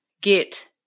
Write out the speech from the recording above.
get